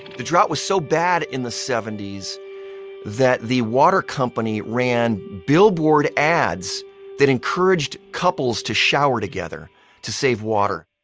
the drought was so bad in the seventy s that the water company ran billboard ads that encouraged couples to shower together to save water.